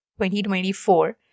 2024